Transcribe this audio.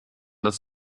das